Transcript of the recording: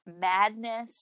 Madness